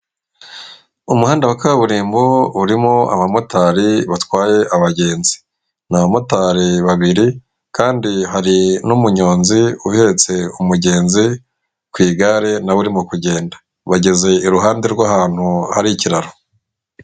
Umuhanda wa kaburimbo urimo abamotari batwaye abagenzi, ni abamotari babiri kandi hari n'umunyonzi uheretse umugenzi ku igare nawe urimo kugenda, bageze i ruhande rw'ahantu hari ikiraro.